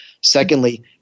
Secondly